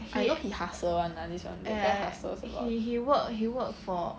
I know he hustle [one] lah this [one] joseph hustles a lot